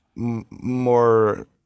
more